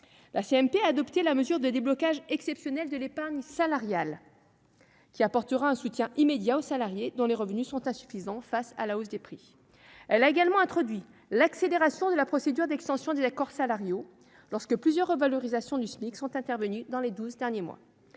La CMP a adopté la mesure de déblocage exceptionnel de l'épargne salariale, qui apportera un soutien immédiat aux salariés dont les revenus sont insuffisants face à la hausse des prix. Elle a également introduit l'accélération de la procédure d'extension des accords salariaux lorsque plusieurs revalorisations du SMIC sont intervenues dans les douze derniers mois.